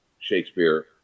Shakespeare